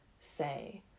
say